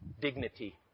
dignity